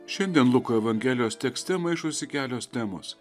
šiandien luko evangelijos tekste maišosi kelios temos